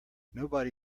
nobody